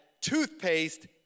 toothpaste